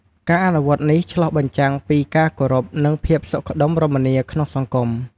ការអនុវត្តនេះឆ្លុះបញ្ចាំងពីការគោរព និងភាពសុខដុមរមនាក្នុងសង្គម។